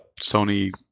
Sony